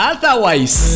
Otherwise